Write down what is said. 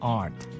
art